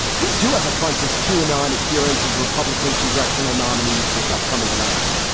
we do have a bunch of q and on adherence as republican congressional nominees this upcoming election.